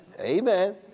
Amen